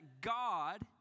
God